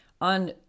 On